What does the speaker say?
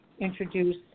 introduce